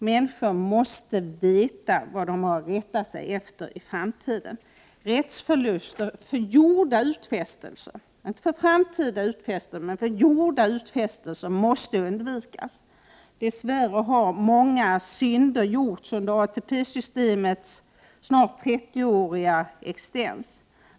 Människor måste veta vad de har att rätta sig efter i framtiden. Rättsförluster för gjorda utfästelser, inte för framtida utfästelser, måste undvikas. Dess värre har många synder blivit begångna under ATP-systemets snart trettioåriga existens.